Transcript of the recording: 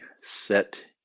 set